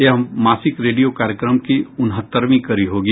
यह मासिक रेडियो कार्यक्रम की उनहत्तरवीं कड़ी होगी